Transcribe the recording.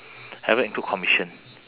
haven't include commission